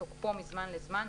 כתוקפו מזמן לזמן,